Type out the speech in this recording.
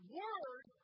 word